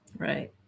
Right